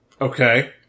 Okay